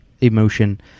emotion